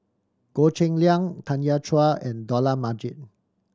Goh Cheng Liang Tanya Chua and Dollah Majid